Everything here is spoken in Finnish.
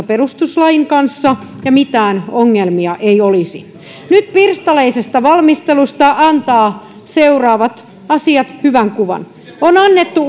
perustuslain kanssa ja mitään ongelmia ei olisi nyt pirstaleisesta valmistelusta antavat seuraavat asiat hyvän kuvan on annettu